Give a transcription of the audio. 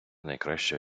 найкраще